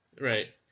Right